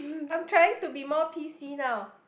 I'm trying to be more P_C now